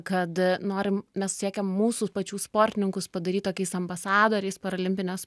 kad norim mes siekiam mūsų pačių sportininkus padaryt tokiais ambasadoriais paralimpinės